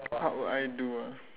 what would I do ah